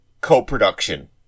co-production